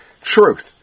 truth